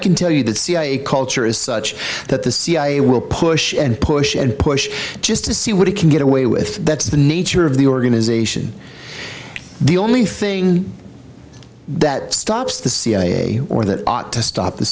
can tell you that cia culture is such that the cia will push and push and push just to see what he can get away with that's the nature of the organization the only thing that stops the cia or that ought to stop the